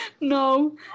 no